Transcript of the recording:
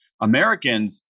Americans